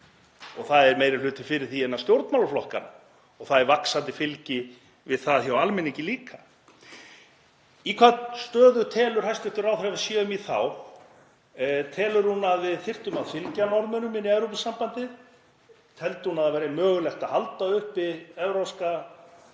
og það er meiri hluti fyrir því innan stjórnmálaflokkanna og það er vaxandi fylgi við það hjá almenningi líka. Í hvað stöðu telur hæstv. ráðherra að við séum í þá? Telur hún að við þyrftum að fylgja Norðmönnum inn í Evrópusambandið? Teldi hún að það væri mögulegt að halda uppi Evrópska